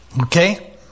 Okay